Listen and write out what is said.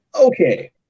Okay